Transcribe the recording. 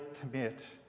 commit